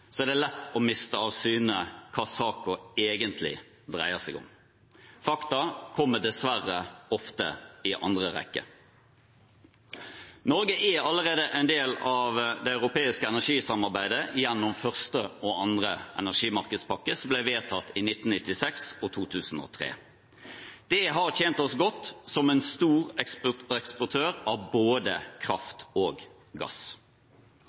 så stort, er det lett å miste av syne hva saken egentlig dreier seg om. Fakta kommer dessverre ofte i andre rekke. Norge er allerede en del av det europeiske energisamarbeidet gjennom første og andre energimarkedspakke, som ble vedtatt i 1996 og 2003. Det har tjent oss godt som en stor eksportør av både kraft og gass.